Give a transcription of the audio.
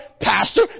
pastor